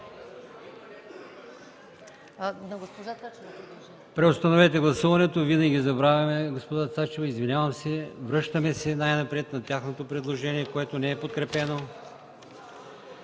Преустановете гласуването, винаги забравяме госпожа Цачева. Извинявам се. Връщаме се на тяхното предложение, което не е подкрепено.